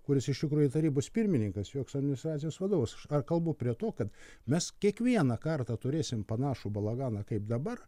kuris iš tikrųjų tarybos pirmininkas joks administracijos vadovas ar kalbu prie to kad mes kiekvieną kartą turėsim panašų balaganą kaip dabar